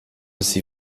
sie